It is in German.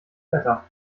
wetter